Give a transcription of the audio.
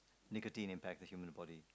nicotine impact the human body